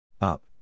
Up